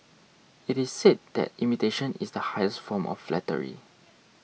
it is said that imitation is the highest form of flattery